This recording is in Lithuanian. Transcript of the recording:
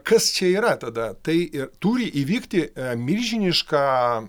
kas čia yra tada tai ir turi įvykti milžiniška